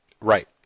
Right